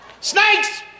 Snakes